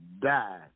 die